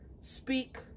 speak